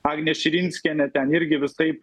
agnė širinskienė ten irgi visaip